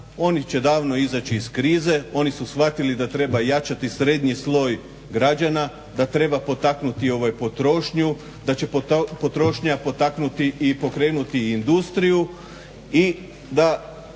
oni će davno izaći iz krize, oni su shvatili da treba jačati srednji sloj građana, da treba potaknuti potrošnju, da će potrošnja potaknuti i pokrenuti industriju i da